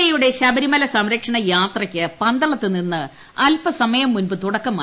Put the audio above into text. A യുടെ ശബരിമല സംരക്ഷണ യാത്രയ്ക്ക് പന്തളത്തു നിന്ന് അല്പസമയം മുൻപ് തുടക്കമായി